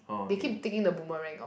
they keep taking the boomerang of